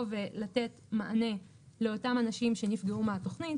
ולתת מענה לאותם אנשים שנפגעו מהתוכנית,